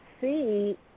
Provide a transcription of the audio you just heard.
see